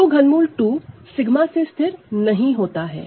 Refer Slide Time 0523 तो ∛ 2𝜎 से स्थिर नहीं होता है